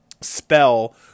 spell